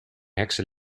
heksen